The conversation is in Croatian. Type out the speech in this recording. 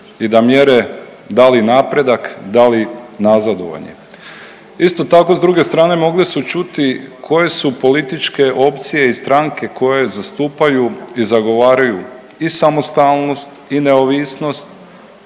i da mjere da li napredak, da li nazadovanje. Isto tako s druge strane mogli su čuti koje su političke opcije i stranke koje zastupaju i zagovaraju i samostalnost i neovisnost